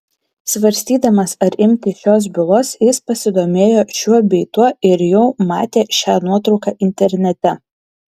svarstydamas ar imtis šios bylos jis pasidomėjo šiuo bei tuo ir jau matė šią nuotrauką internete